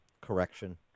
correction